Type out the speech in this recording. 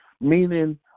meaning